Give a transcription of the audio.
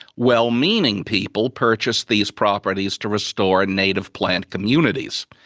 well-meaning people purchase these properties to restore and native plant communities.